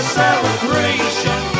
celebration